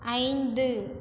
ஐந்து